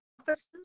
offices